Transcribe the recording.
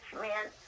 man